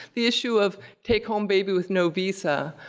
the issue of take home baby with no visa.